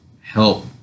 help